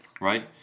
Right